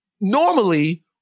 normally